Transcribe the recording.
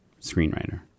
screenwriter